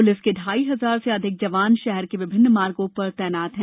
police के ढ़ाई हजार से अधिक जवान शहर के विभिन्न मार्गो पर तैनात हैं